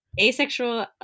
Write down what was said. Asexual